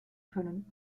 können